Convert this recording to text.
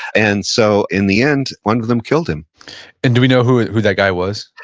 and so, in the end, one of them killed him and do we know who who that guy was?